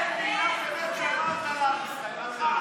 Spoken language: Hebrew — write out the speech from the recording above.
אין מילת אמת אחת שאמרת לעם ישראל.